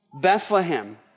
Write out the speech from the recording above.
Bethlehem